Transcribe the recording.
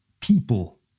people